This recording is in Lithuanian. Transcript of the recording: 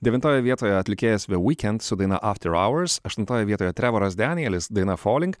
devintoje vietoje atlikėjas the weeknd su daina after hours aštuntoje vietoje trevoras danielis daina falling